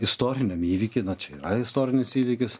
istoriniam įvyky čia yra istorinis įvykis